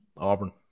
Auburn